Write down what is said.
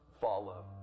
follow